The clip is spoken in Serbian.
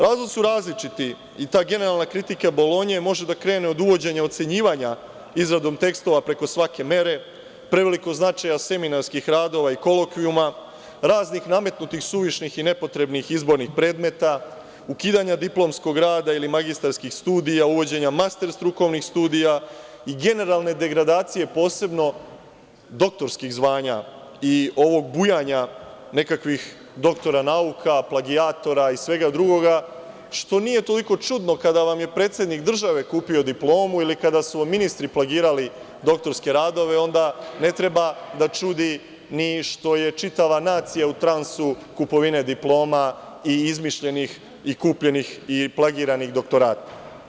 Razlozi su različiti i ta generalna kritika Bolonje može da krene od uvođenja ocenjivanja izradom tekstova preko svake mere, prevelikog značaja seminarskih radova i kolokvijuma, raznih nametnutih suvišnih i nepotrebnih izbornih predmeta, ukidanjem diplomskog rada ili magistarskih studija, uvođenja master strukovnih studija i generalne degradacije, posebno doktorskih zvanja i ovog bujanja nekakvih doktora nauka, plagijatora i svega drugoga, što nije toliko čudno kada vam je predsednik države kupio diplomu ili kada su vam ministri plagirali doktorske radove, onda ne treba da čudi ni što je čitava nacija u transu kupovine diploma i izmišljenih, kupljenih i plagiranih doktorata.